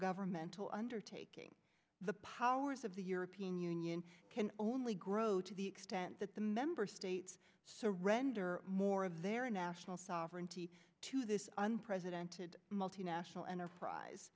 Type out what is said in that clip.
intergovernmental undertaking the powers of the european union can only grow to the extent that the member states surrender more of their national sovereignty to this unprecedented multinational enterprise